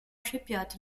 shipyard